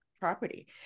property